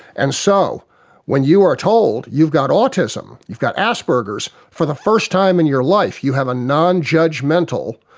and so when you are told you've got autism, you've got asperger's, for the first time in your life you have a non-judgemental,